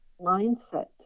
mindset